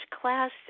class